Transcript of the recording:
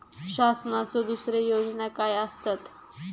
शासनाचो दुसरे योजना काय आसतत?